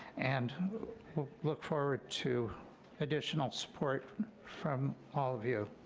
and look forward to additional support from all of you,